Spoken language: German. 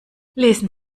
lesen